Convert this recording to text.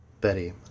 Betty